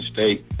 State